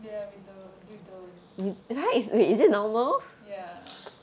ya we don't you don't ya